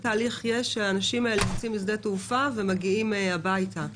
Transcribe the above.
כשהאנשים האלה נמצאים בשדה התעופה ומגיעים הביתה?